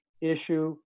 issue